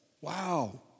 Wow